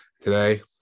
Today